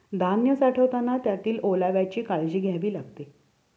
धान्य साठवताना त्यातील ओलाव्याची काळजी घ्यावी लागते